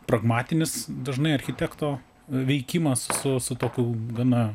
pragmatinis dažnai architekto veikimas su su tokiu gana